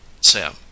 Sam